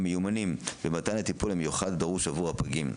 המיומנים למתן הטיפול המיוחד הדרוש עבור הפגים.